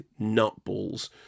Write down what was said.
nutballs